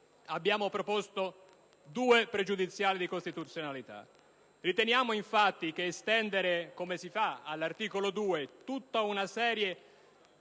abbiamo proposto due pregiudiziali di costituzionalità. Riteniamo infatti che estendere, come previsto all'articolo 2, tutta una serie